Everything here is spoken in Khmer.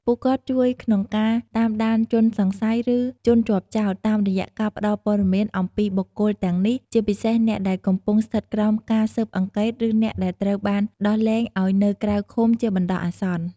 ពួកគាត់ជួយក្នុងការតាមដានជនសង្ស័យ ឬជនជាប់ចោទតាមរយៈការផ្ដល់ព័ត៌មានអំពីបុគ្គលទាំងនេះ ជាពិសេសអ្នកដែលកំពុងស្ថិតក្រោមការស៊ើបអង្កេត ឬអ្នកដែលត្រូវបានដោះលែងឲ្យនៅក្រៅឃុំជាបណ្ដោះអាសន្ន។